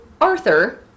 Arthur